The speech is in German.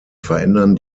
verändern